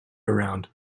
around